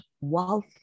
wealth